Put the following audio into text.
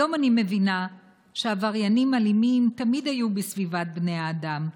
היום אני מבינה שעבריינים אלימים תמיד היו בסביבת בני האדם.